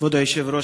כבוד היושב-ראש,